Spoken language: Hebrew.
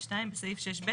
(2) בסעיף 6ב,